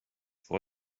for